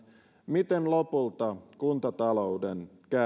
miten lopulta kuntatalouden käy